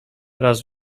raz